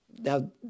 Now